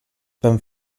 beim